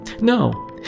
No